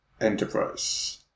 Enterprise